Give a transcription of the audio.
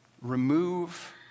Remove